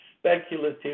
speculative